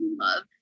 love